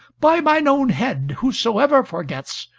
by mine own head, whosoever forgets,